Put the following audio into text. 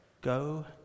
go